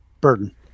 burden